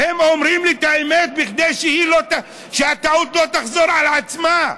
אומרים לי את האמת כדי שהטעות לא תחזור על עצמה.